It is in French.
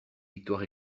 victoire